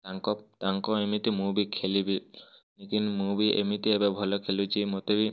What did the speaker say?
ତାଙ୍କ ତାଙ୍କ ଏମିତି ମୁଁ ବି ଖେଲିବି ଲିକିନ୍ ମୁଁ ବି ଏମିତି ଏବେ ଭଲ ଖେଲୁଛି ମୋତେ ବି